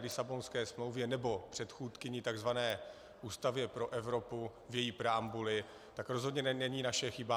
Lisabonské smlouvě, nebo předchůdkyni, tzv. Ústavě pro Evropu, v její preambuli, to rozhodně není naše chyba.